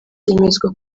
byemezwa